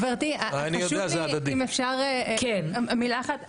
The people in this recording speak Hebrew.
גברתי, חשוב לי אם אפשר מילה אחת.